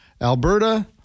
Alberta